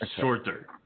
shorter